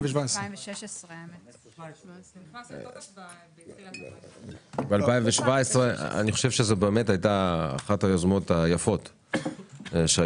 זה נכנס לתוקף בתחילת 2017. זו באמת הייתה אחת היוזמות היפות בכנסת,